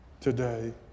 today